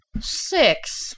Six